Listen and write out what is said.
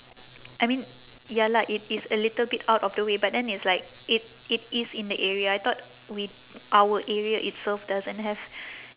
I mean ya lah it is a little bit out of the way but then it's like it it is in the area I thought we our area itself doesn't have